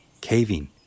caving